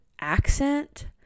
accent